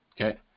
okay